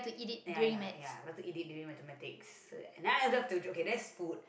ya ya ya like eat it during Mathematics and then I love to do okay that's food